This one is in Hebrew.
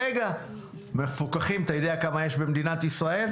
אתה יודע כמה מפוקחים יש במדינת ישראל?